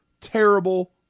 terrible